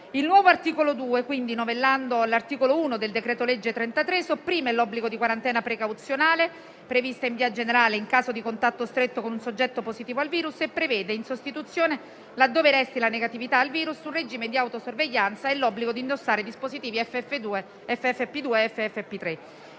Il nuovo articolo 2 novellando l'articolo 1 del decreto-legge n. 33, sopprime l'obbligo di quarantena precauzionale prevista in via generale in caso di contatto stretto con un soggetto positivo al virus e prevede in sostituzione, laddove resti la negatività al virus, un regime di autosorveglianza e l'obbligo di indossare dispositivi FFP2 e FFP3.